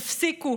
תפסיקו.